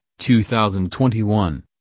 2021